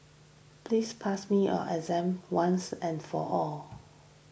please pass me a exam once and for all